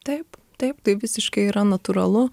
taip taip tai visiškai yra natūralu